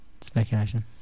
speculation